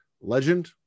Legend